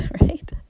right